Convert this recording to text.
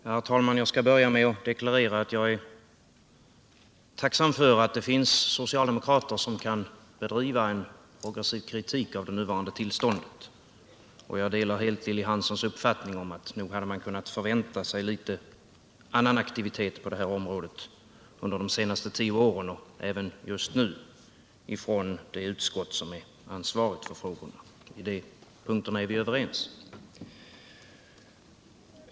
Herr talman! Låt mig börja med att deklarera att jag är tacksam för att det finns socialdemokrater som kan bedriva en progressiv kritik av det nuvarande tillståndet. Jag delar helt Lilly Hanssons uppfattning om att nog hade man kunnat förvänta sig litet annan aktivitet på det här området under de senaste tio åren och även just nu från det utskott som är ansvarigt för frågorna. På de punkterna är vi överens.